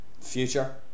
Future